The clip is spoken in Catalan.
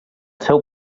seu